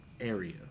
area